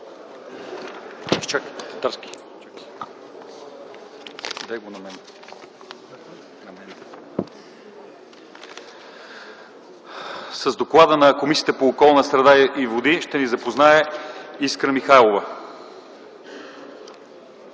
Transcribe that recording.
С доклада на Комисията по околната среда и водите ще ни запознае Искра Михайлова.